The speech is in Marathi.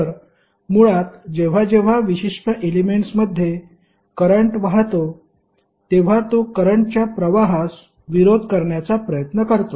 तर मुळात जेव्हा जेव्हा विशिष्ट एलेमेंट्समध्ये करंट वाहतो तेव्हा तो करंटच्या प्रवाहास विरोध करण्याचा प्रयत्न करतो